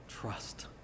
trust